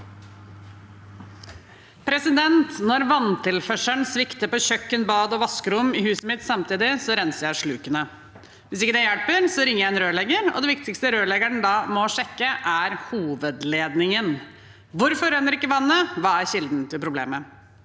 leder): Når vanntilførselen svikter på kjøkken, bad og vaskerom i huset mitt samtidig, renser jeg slukene. Hvis ikke det hjelper, ringer jeg en rørlegger, og det viktigste rørleggeren da må sjekke, er hovedledningen. Hvorfor renner ikke vannet, og hva er kilden til problemet?